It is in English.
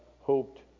hoped